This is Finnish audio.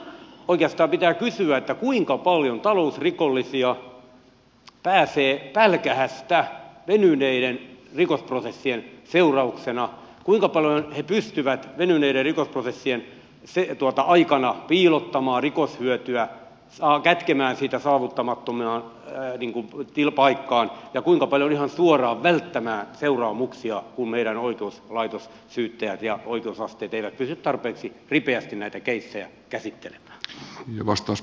oikeastaan pitää kysyä kuinka paljon talousrikollisia pääsee pälkähästä venyneiden rikosprosessien seurauksena kuinka paljon he pystyvät venyneiden rikosprosessien aikana piilottamaan rikoshyötyä kätkemään sitä saavuttamattomaan paikkaan ja kuinka paljon ihan suoraan välttämään seuraamuksia kun meidän oikeuslaitos syyttäjät ja oikeusasteet ei pysty tarpeeksi ripeästi näitä keissejä käsittelemään